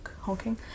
honking